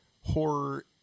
horror